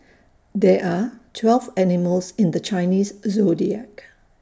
there are twelve animals in the Chinese Zodiac